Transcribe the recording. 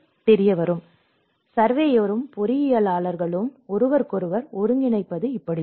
எனவே சர்வேயரும் பொறியியலாளர்களும் ஒருவருக்கொருவர் ஒருங்கிணைப்பது இப்படித்தான்